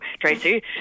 Tracy